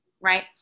right